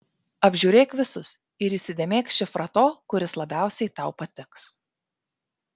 apžiūrėk visus ir įsidėmėk šifrą to kuris labiausiai tau patiks